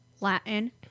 Latin